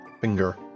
finger